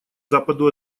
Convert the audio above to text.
западу